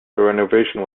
renovation